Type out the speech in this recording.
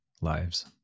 lives